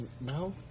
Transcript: No